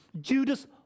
Judas